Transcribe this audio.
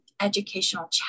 educational